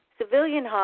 civilian